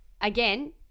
again